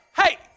Hey